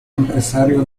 empresario